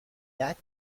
that